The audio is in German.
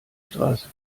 straße